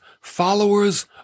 followers